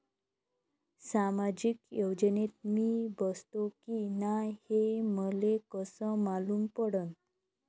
सामाजिक योजनेत मी बसतो की नाय हे मले कस मालूम पडन?